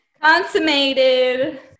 Consummated